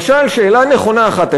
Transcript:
למשל שאלה נכונה אחת,